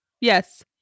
Yes